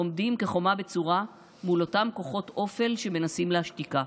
עומדים כחומה בצורה מול אותם כוחות אופל שמנסים להשתיקה.